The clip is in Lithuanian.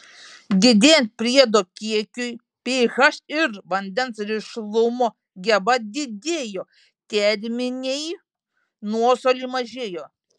didėjant priedo kiekiui ph ir vandens rišlumo geba didėjo terminiai nuostoliai mažėjo